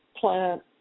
plant